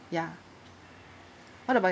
ya what about